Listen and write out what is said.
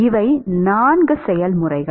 இவை 4 செயல்முறைகள்